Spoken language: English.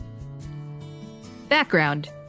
Background